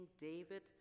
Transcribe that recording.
David